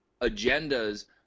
agendas